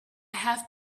have